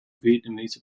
vietnamese